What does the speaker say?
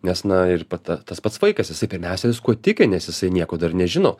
nes na ir pa tas pats vaikas jisai pirmiausia viskuo tiki nes jisai nieko dar nežino